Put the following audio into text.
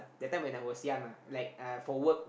that time when I was young lah like uh for work